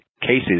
cases